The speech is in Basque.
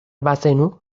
bazenu